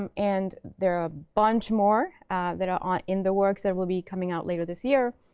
um and there are a bunch more that are in the works that will be coming out later this year.